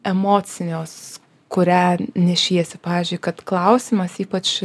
emocinios kurią nešiesi pavyzdžiui kad klausimas ypač